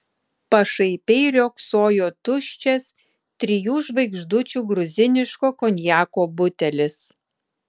pašaipiai riogsojo tuščias trijų žvaigždučių gruziniško konjako butelis